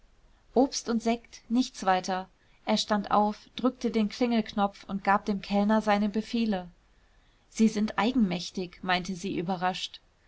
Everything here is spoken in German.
obst und sekt nichts weiter er stand auf drückte den klingelknopf und gab dem kellner seine befehle sie sind eigenmächtig meinte sie überrascht